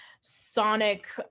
Sonic